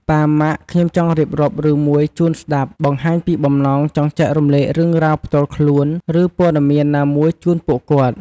ប៉ា ម៉ាក់ ខ្ញុំចង់រៀបរាប់រឿងមួយជូនស្ដាប់ បង្ហាញពីបំណងចង់ចែករំលែករឿងរ៉ាវផ្ទាល់ខ្លួន ឬព័ត៌មានណាមួយជូនពួកគាត់។